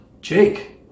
Jake